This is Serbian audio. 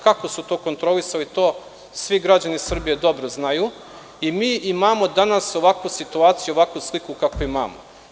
Kako su to kontrolisali, to svi građani Srbije dobro znaju i mi imamo danas ovakvu situaciju, ovakvu sliku kakvu imamo.